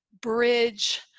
bridge